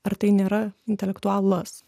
ar tai nėra intelektualas